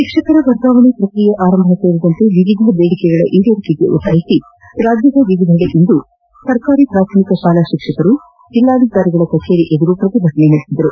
ಶಿಕ್ಷಕರ ವರ್ಗಾವಣೆ ಪ್ರಕ್ರಿಯೆ ಆರಂಭ ಸೇರಿದಂತೆ ವಿವಿಧ ಬೇಡಿಕೆಗಳ ಈಡೇರಿಕೆಗೆ ಒತ್ತಾಯಿಸಿ ರಾಜ್ಯದ ವಿವಿಧೆಡೆ ಇಂದು ಸರ್ಕಾರಿ ಪ್ರಾಥಮಿಕ ಶಾಲಾ ಶಿಕ್ಷಕರು ಜಿಲ್ಲಾಧಿಕಾರಿಗಳ ಕಜೀರಿ ಎದುರು ಪ್ರತಿಭಟನೆ ನಡೆಸಿದರು